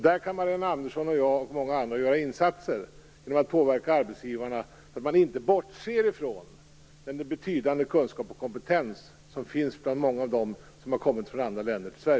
Där kan Marianne Andersson, jag och många andra göra insatser genom att påverka arbetsgivarna så att de inte bortser från den betydande kunskap och kompetens som finns bland många av dem som kommit hit från andra länder.